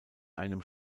einem